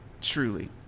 truly